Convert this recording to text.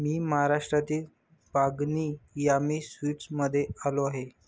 मी महाराष्ट्रातील बागनी यामी स्वीट्समध्ये आलो आहे